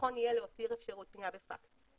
נכון יהיה להותיר אפשרות פניה בפקס.